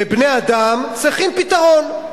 ובני-אדם צריכים פתרון.